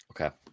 okay